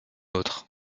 autre